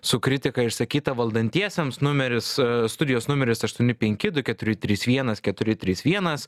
su kritika išsakyta valdantiesiems numeris studijos numeris aštuoni penki du keturi trys vienas keturi trys vienas